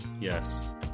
Yes